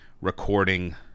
recording